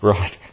Right